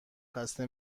خسته